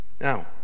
Now